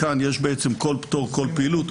כאן יש בעצם כל פטור כל פעילות,